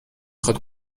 خواد